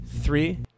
Three